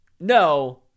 no